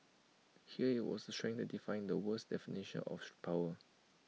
here was strength that defied the world's definition of power